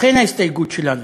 לכן באה ההסתייגות שלנו.